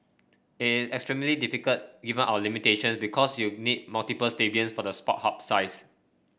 it extremely difficult given our limitation because you need multiple stadiums for the sport hub size